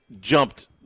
jumped